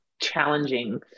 challenging